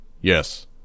Yes